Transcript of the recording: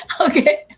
okay